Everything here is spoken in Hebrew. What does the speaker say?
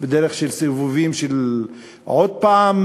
ודרך של סיבובים של עוד פעם